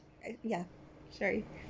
ya sorry